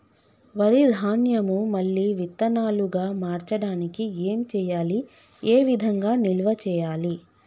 వరి ధాన్యము మళ్ళీ విత్తనాలు గా మార్చడానికి ఏం చేయాలి ఏ విధంగా నిల్వ చేయాలి?